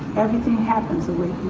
everything happens the way